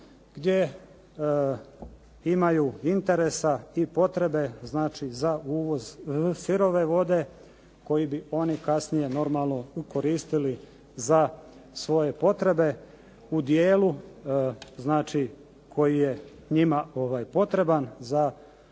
gdje imaju interesa i potrebe za uvoz sirove vode koje bi oni kasnije normalno ukoristili za svoje potrebe u dijelu koji je njima potreban za